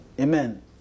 Amen